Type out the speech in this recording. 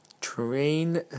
Train